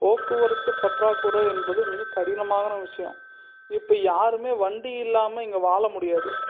போக்குவரத்து பற்றாக்குறை என்பது மிகக்கடினமான விஷயம் இப்போ யாருமே வண்டி இல்லாமல் இங்கே வாழ முடியாது